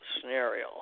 scenario